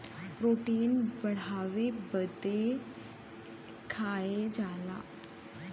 protein बढ़ावे बदे खाएल जाला